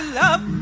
love